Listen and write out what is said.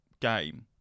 game